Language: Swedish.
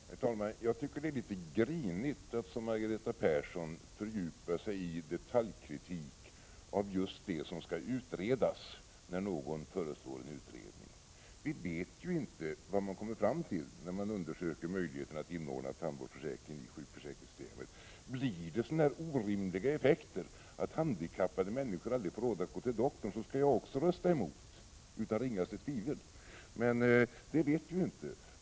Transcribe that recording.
Herr talman! Jag tycker det är grinigt av Margareta Persson att fördjupa sig i detaljkritik av det som skall utredas när någon föreslår en utredning. Vi vet ju inte vad utredningen kan komma fram till när den skall undersöka möjligheten att inordna tandvårdsförsäkringen i sjukförsäkringssystemet. Blir det så orimliga effekter, att handikappade människor aldrig får råd att gå till doktorn, kommer jag också att utan ringaste tvekan rösta emot förslaget. Men vi vet inte.